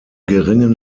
geringen